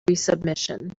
resubmission